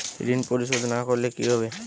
ঋণ পরিশোধ না করলে কি হবে?